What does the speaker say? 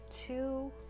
two